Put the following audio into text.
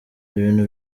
ibintu